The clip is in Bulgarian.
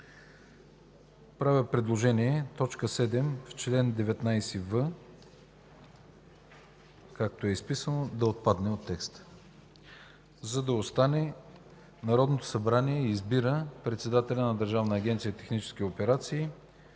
Правя предложение т. 7 в чл. 19в, както е изписана, да отпадне от текста, за да остане „Народното събрание избира председателя на Държавна агенция „Технически операции”